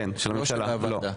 את חוות דעתו.